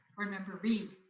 board member reid.